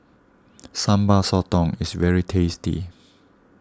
Sambal Sotong is very tasty